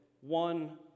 one